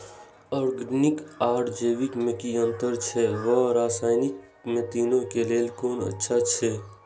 Organic आर जैविक में कि अंतर अछि व रसायनिक में तीनो क लेल कोन अच्छा अछि?